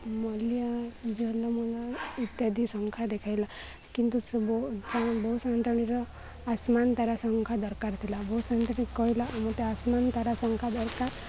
ମଲିଆ ଜଲ ମଲ ଇତ୍ୟାଦି ସଂଖ୍ୟା ଦେଖେଇଲା କିନ୍ତୁ ବୋ ସାାନ୍ତଣୀର ଆସମାନ ତାରା ସଂଖ୍ୟା ଦରକାର ଥିଲା ବୋ ସାାନ୍ତାନିକ କହିଲା ମତେ ଆସମାନ ତାରା ସଂଖ୍ୟା ଦରକାର